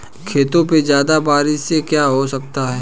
खेतों पे ज्यादा बारिश से क्या हो सकता है?